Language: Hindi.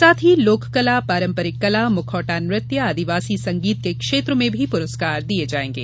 साथ ही लोककला पारंपरिक कला मुखौटा नृत्य आदिवासी संगीत के क्षेत्र में भी पुरस्कार दिए जायेंगे